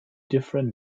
different